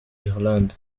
ireland